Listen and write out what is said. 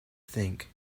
think